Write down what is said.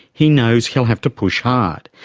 he knows he'll have to push hard,